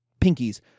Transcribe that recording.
pinkies